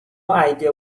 idea